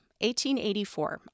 1884